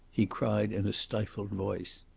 he cried in a stifled voice.